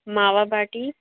मावा बाटी